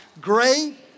Great